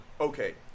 okay